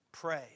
Pray